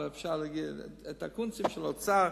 אבל אפשר להגיד שאת הקונצים של האוצר,